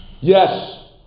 Yes